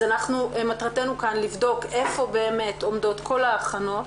מטרתנו כאן לבדוק איפה באמת עומדות כל ההכנות.